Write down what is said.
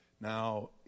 Now